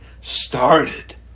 started